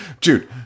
Dude